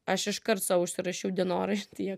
aš iš kart sau užsirašiau sau dienorašty